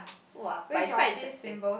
!wah! but it's quite interesting